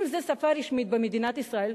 אם זה שפה רשמית במדינת ישראל,